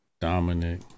Dominic